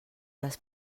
les